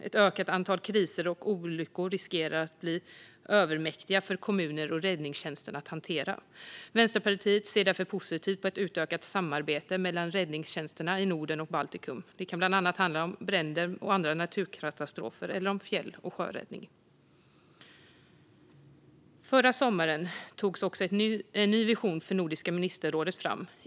Ett ökat antal kriser och olyckor riskerar att bli övermäktiga för kommunerna och räddningstjänsterna att hantera. Vänsterpartiet ser därför positivt på ett utökat samarbete mellan räddningstjänsterna i Norden och Baltikum. Det kan bland annat handla om bränder och andra naturkatastrofer eller om fjäll och sjöräddning. Förra sommaren togs en ny vision för Nordiska ministerrådet fram.